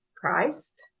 priced